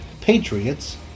Patriots